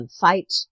fight